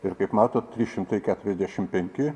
ir kaip matot trys šimtai keturiasdešimt penki